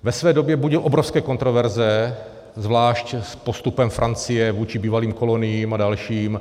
Ve své době budil obrovské kontroverze, zvlášť s postupem Francie vůči bývalých koloniím a dalším.